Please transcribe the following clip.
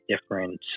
different